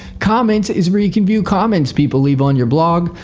comments is where you can view comments people leave on your blog.